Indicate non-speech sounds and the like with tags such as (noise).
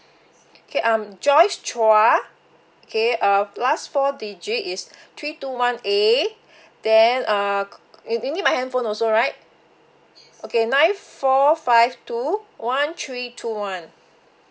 okay I'm joyce chua okay uh last four digit is three two one A (breath) then uh you you need my handphone also right okay nine four five two one three two one